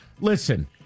Listen